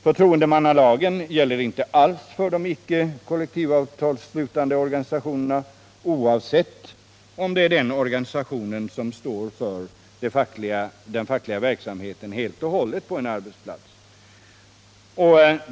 Förtroendemannalagen gäller inte alls för de icke kollektivavtalsslutande organisationerna, trots att en sådan organisation kanske helt och 21 hållet står för den fackliga verksamheten på en arbetsplats.